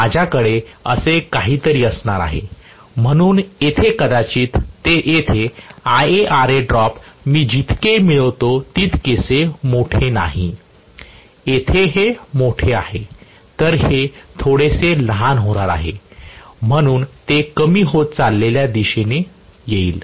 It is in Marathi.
माझ्याकडे असे काहीतरी असणार आहे म्हणून येथे कदाचित येथे IaR ड्रॉप मी जितके मिळवितो तितकेसे मोठे नाही येथे हे मोठे आहे तर हे थोडेसे लहान होणार आहे म्हणून ते कमी होत चाललेल्या दिशेने येईल